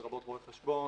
לרבות רואי חשבון,